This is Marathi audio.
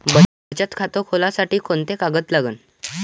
बचत खात खोलासाठी कोंते कागद लागन?